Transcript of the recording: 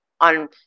on